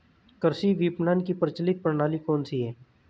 कृषि विपणन की प्रचलित प्रणाली कौन सी है?